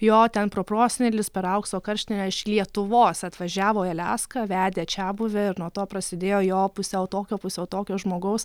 jo ten proprosenelis per aukso karštinę iš lietuvos atvažiavo į aliaską vedė čiabuvę ir nuo to prasidėjo jo pusiau tokio pusiau tokio žmogaus